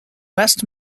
west